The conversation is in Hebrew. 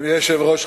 אדוני היושב-ראש,